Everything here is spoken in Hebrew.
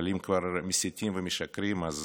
אבל אם כבר מסיתים ומשקרים, אז